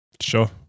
Sure